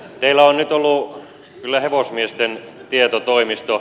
teillä on nyt ollut kyllä hevosmiesten tietotoimisto